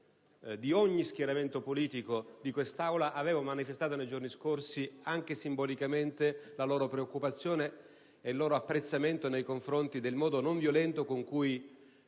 di ogni schieramento politico di quest'Aula, anche in modo silenzioso, avevano manifestato, nei giorni scorsi, simbolicamente la loro preoccupazione ed il loro apprezzamento nei confronti del modo non violento in cui